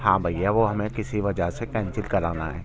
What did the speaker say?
ہاں بھیا وہ ہمیں کسی وجہ سے کینسل کرانا ہے